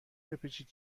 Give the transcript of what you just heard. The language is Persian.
بپیچید